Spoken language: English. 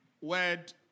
word